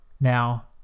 Now